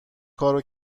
کارو